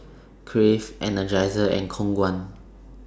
Crave Energizer and Khong Guan